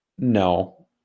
No